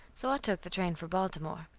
so i took the train for baltimore.